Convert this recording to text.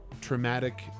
traumatic